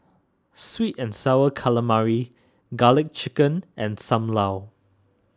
Sweet and Sour Calamari Garlic Chicken and Sam Lau